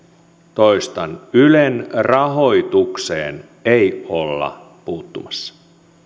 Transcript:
toistan ylen rahoitukseen ei olla puuttumassa